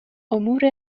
امور